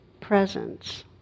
presence